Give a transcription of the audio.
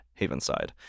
Havenside